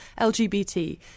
LGBT